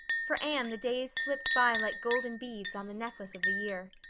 for anne the days slipped by like golden beads on the necklace of the year.